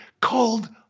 called